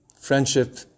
friendship